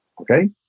okay